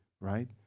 right